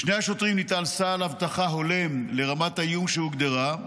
לשני השוטרים ניתן סל אבטחה הולם לרמת האיום שהוגדרה.